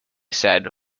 said